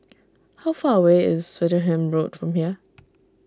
how far away is Swettenham Road from here